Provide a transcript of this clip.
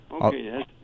Okay